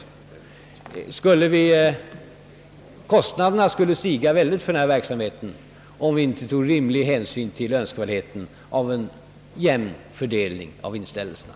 Kostnaderna för denna verksamhet skulle stiga mycket kraftigt om vi inte tog rimlig hänsyn till önskvärdheten av en rimlig fördelning av inställelserna.